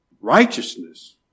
Righteousness